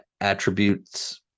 attributes